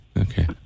okay